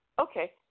Okay